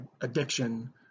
addiction